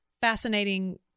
fascinating